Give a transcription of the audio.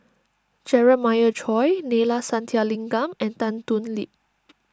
Jeremiah Choy Neila Sathyalingam and Tan Thoon Lip